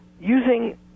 using